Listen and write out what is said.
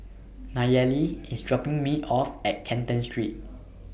Nayeli IS dropping Me off At Canton Street